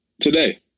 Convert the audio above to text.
today